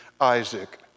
Isaac